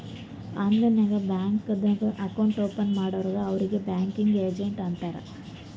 online ನಾಗ್ ಬ್ಯಾಂಕ್ದು account open ಮಾಡ್ಕೊಡ್ತಾರ್ ಅವ್ರಿಗ್ ಬ್ಯಾಂಕಿಂಗ್ ಏಜೆಂಟ್ ಅಂತಾರ್